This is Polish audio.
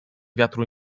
wiatru